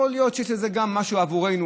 יכול להיות שיש בזה גם משהו עבורנו.